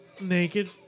Naked